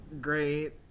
great